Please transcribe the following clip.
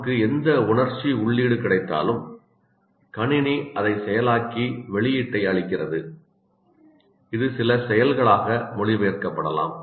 நமக்கு எந்த உணர்ச்சி உள்ளீடு கிடைத்தாலும் கணினி அதை செயலாக்கி வெளியீட்டை அளிக்கிறது இது சில செயல்களாக மொழிபெயர்க்கப்படலாம்